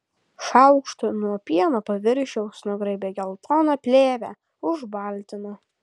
šaukštu nuo pieno paviršiaus nugraibė geltoną plėvę užbaltino